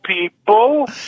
people